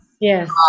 yes